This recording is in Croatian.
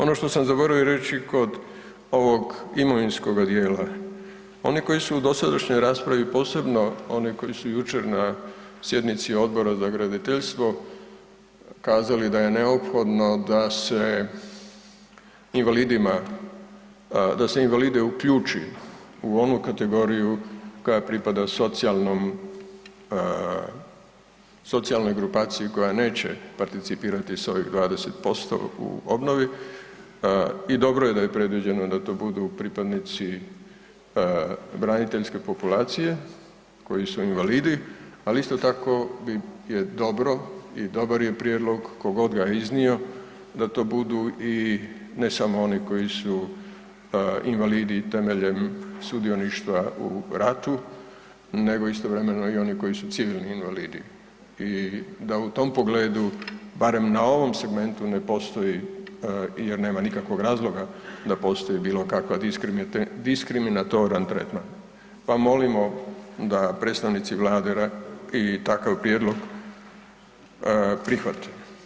Ono što sam zaboravio reći kod ovog imovinskoga djela, oni koji su u dosadašnjoj raspravi posebno oni koji su jučer na sjednici Odbora za graditeljstvo kazali da je neophodno da se invalide uključi u onu kategoriju koja pripada socijalnoj grupaciji koja neće participirati sa ovih 20% u obnovi, i dobro je predviđeno da tu budu pripadnici braniteljske populacije koji su invalidi ali isto tako je dobro i dobar je prijedlog tko god ga iznio, da to budu i ne samo oni koji su invalidi temeljem sudioništva u ratu nego istovremeno i oni koji su civilni invalidi i da u tom pogledu barem na ovom segmentu ne postoji jer nema nikakvog razloga da postoji bilokakva diskriminatoran tretman pa molimo da predstavnici Vlade i takav prijedlog prihvate.